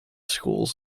schools